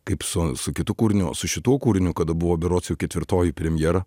kaip su su kitu kūriniu o su šituo kūriniu kada buvo berods jau ketvirtoji premjera